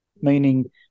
meaning